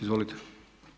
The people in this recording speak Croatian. Izvolite.